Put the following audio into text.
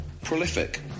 prolific